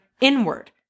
inward